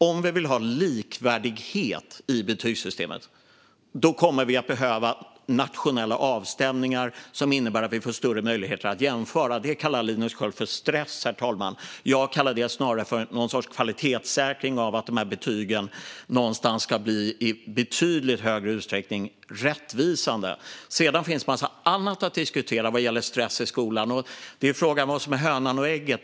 Om vi vill ha likvärdighet i betygssystemet kommer vi att behöva nationella avstämningar som innebär att vi få större möjligheter att jämföra. Det kallar Linus Sköld för stress, herr talman. Jag kallar det snarare för någon sorts kvalitetssäkring i fråga om att betygen i betydligt högre utsträckning ska bli rättvisande. Sedan finns det en massa annat att diskutera vad gäller stress i skolan. Frågan är vad som är hönan och vad som är ägget.